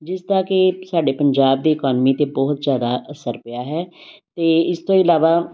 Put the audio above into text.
ਜਿਸਦਾ ਕਿ ਸਾਡੇ ਪੰਜਾਬ ਦੀ ਇਕੋਨਮੀ 'ਤੇ ਬਹੁਤ ਜ਼ਿਆਦਾ ਅਸਰ ਪਿਆ ਹੈ ਅਤੇ ਇਸ ਤੋਂ ਇਲਾਵਾ